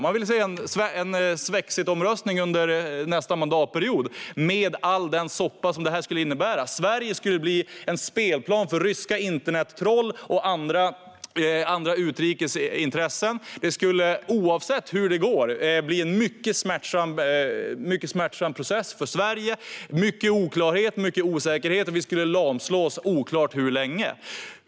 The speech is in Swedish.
Man vill se en svexitomröstning under nästa mandatperiod med all den soppa som det skulle innebära. Sverige skulle bli en spelplan för ryska internettroll och andra utrikesintressen. Det skulle, oavsett hur det går, bli en mycket smärtsam process för Sverige med mycket oklarhet och mycket osäkerhet. Och vi skulle lamslås, oklart hur länge.